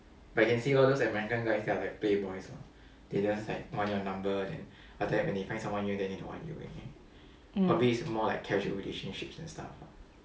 mm